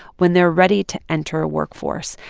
when they're ready to enter a workforce,